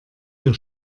ihr